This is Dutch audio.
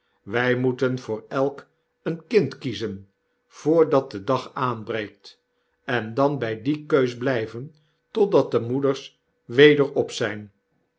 wy moeten voor elk een kind kiezen voordat de dag aanbreekt en dan by die keus blyven totdat de moeders weder op zyn